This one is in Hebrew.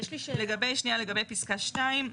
לגבי פסקה 2,